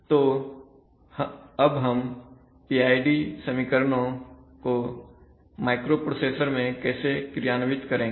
तो अब हम PID समीकरणों को माइक्रोप्रोसेसर में कैसे क्रियान्वित करेंगे